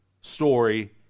story